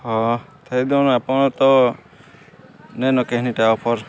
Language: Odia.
ହଁ ଥାଇଦଉନ୍ ଆପଣ୍ ତ ନେଇନ କେହେନିଟା ଅଫର୍